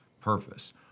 purpose